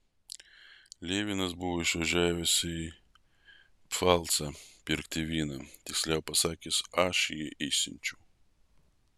levinas buvo išvažiavęs į pfalcą pirkti vyno tiksliau pasakius aš jį išsiunčiau